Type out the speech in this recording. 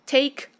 Take